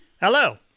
Hello